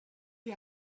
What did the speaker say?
the